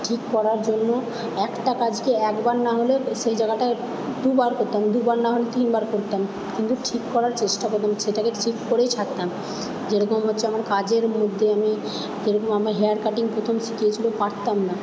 ঠিক করার জন্য একটা কাজকে একবার না হলে সেই জায়গাটায় দুবার করতাম দুবার না হলে তিনবার করতাম কিন্তু ঠিক করার চেষ্টা করতাম সেটাকে ঠিক করেই ছাড়তাম যেরকম হচ্ছে আমার কাজের মধ্যে আমি যেরকম আমার হেয়ার কাটিং প্রথম শিখিয়েছিলো পারতাম না